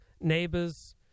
neighbors